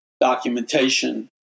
documentation